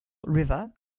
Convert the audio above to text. river